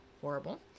horrible